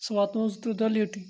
سُہ واتُن زٕ دۄہہِ لٮ۪ٹٕے